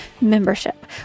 membership